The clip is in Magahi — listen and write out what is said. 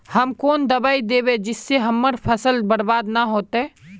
हम कौन दबाइ दैबे जिससे हमर फसल बर्बाद न होते?